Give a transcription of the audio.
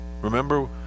Remember